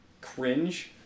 cringe